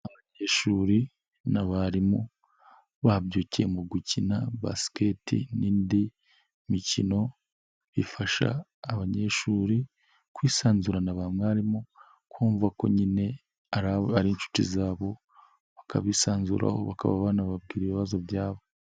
Abanyeshuri n'abarimu babyukiye mu gukina basket n'indi mikino bifasha abanyeshuri kwisanzurana ba mwarimu kumva ko nyine ari inshuti zabo bakabisanzuraho bakaba banababwira ibibazo byabo.